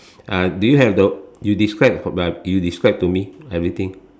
uh do you have the you describe uh you describe to me everything